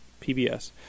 PBS